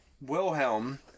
Wilhelm